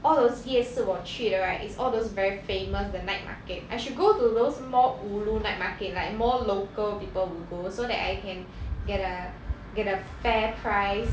all those 夜市我去的 right is all those very famous the night market I should go to those more ulu night market like more local people would go so that I can get a get a fair price